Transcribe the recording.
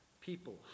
People